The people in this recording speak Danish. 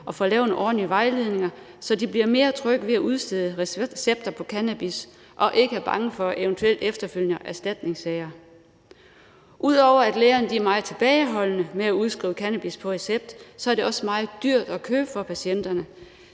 og får lavet nogle ordentlige vejledninger, så lægerne bliver mere trygge ved at udstede recepter på cannabis og ikke er bange for eventuelle efterfølgende erstatningssager. Ud over at lægerne er meget tilbageholdende med at udskrive cannabis på recept, er det også meget dyrt at købe for patienterne.